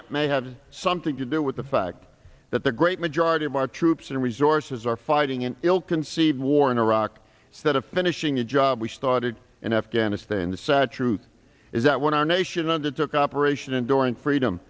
that may have something to do with the fact that the great majority of our troops and resources are fighting an ill conceived war in iraq set of finishing a job we started in afghanistan the sad truth is that when our nation undertook operation enduring freedom